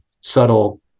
subtle